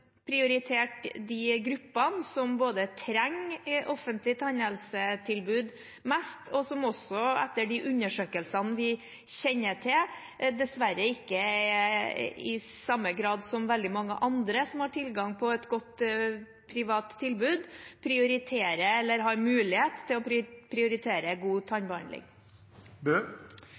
prioritert de gruppene som trenger offentlig tannhelsetilbud mest, og som også etter de undersøkelsene vi kjenner til, dessverre ikke i samme grad som veldig mange andre som har tilgang på et godt privat tilbud, prioriterer eller har mulighet til å prioritere god tannbehandling.